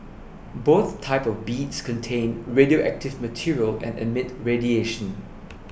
both types of beads contain radioactive material and emit radiation